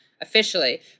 officially